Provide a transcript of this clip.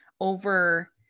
over